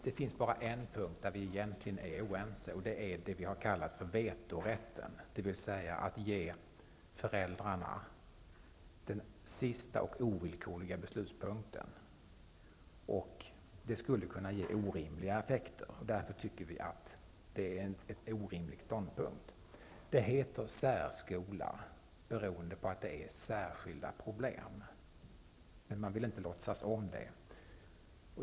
Det finns bara en punkt där vi egentligen är oense, och det är det vi har kallat vetorätten, dvs. att föräldrarna skall ges den sista och ovillkorliga beslutspunkten. Det skulle kunna ge orimliga effekter, och vi anser därför att det är en orimlig ståndpunkt. Det heter ''särskola'' beroende på att de elever som går där har särskilda problem, men man vill inte låtsas om det.